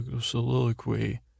soliloquy